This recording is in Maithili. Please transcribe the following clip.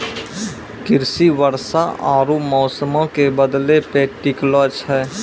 कृषि वर्षा आरु मौसमो के बदलै पे टिकलो छै